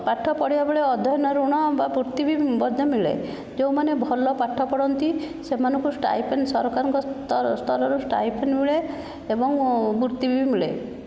ପାଠ ପଢ଼ିବା ବେଳେ ଅଧୟନ ଋଣ ବା ବୃତ୍ତି ବି ମଧ୍ୟ ମିଳେ ଯେଉଁମାନେ ଭଲ ପାଠ ପଢ଼ନ୍ତି ସେମାନଙ୍କୁ ଷ୍ଟାଇପେଣ୍ଡ ସରକାରଙ୍କ ସ୍ତରରୁ ଷ୍ଟାଇପେଣ୍ଡ ମିଳେ ଏବଂ ବୃତ୍ତି ବି ମିଳେ